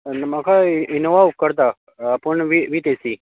म्हाका इनोव्हा उपकारता पूण वीथ एसी